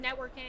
networking